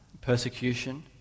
persecution